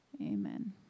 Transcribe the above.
Amen